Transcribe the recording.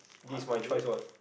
this is my choice what